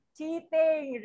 Cheating